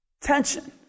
Tension